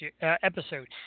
episode